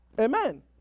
Amen